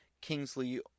Kingsley